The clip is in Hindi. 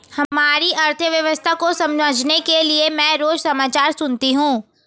हमारी अर्थव्यवस्था को समझने के लिए मैं रोज समाचार सुनती हूँ